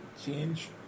change